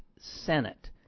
senate